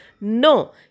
No